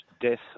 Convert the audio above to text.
Death